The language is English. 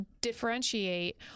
differentiate